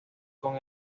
con